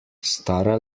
stara